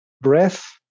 breath